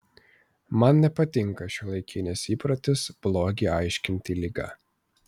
man nepatinka šiuolaikinis įprotis blogį aiškinti liga